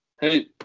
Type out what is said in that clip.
hey